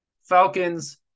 Falcons